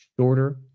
shorter